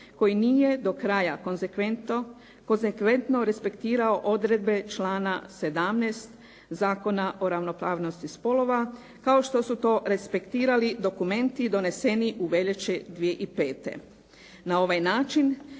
koji nije do kraja konsekventno respektirao odredbe člana 17. Zakona o ravnopravnosti spolova kao što su to respektirali dokumenti doneseni u veljači 2005. Na ovaj način